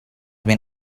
been